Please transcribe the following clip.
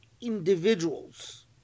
individuals